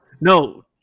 No